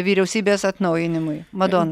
vyriausybės atnaujinimui madona